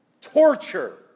Torture